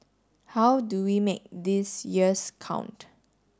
how do we make these years count